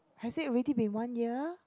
has it ready been one year